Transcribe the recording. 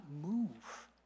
move